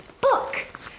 book